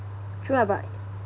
true lah but